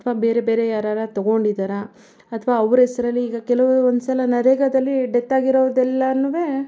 ಅಥ್ವಾ ಬೇರೆ ಬೇರೆ ಯಾರಾದ್ರು ತಗೊಂಡಿದ್ದಾರ ಅಥ್ವಾ ಅವ್ರ ಹೆಸ್ರಲ್ಲಿ ಈಗ ಕೆಲವೊಂದ್ಸಲ ನರೇಗದಲ್ಲಿ ಡೆತ್ ಆಗಿರೋದೆಲ್ಲನೂ